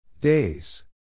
days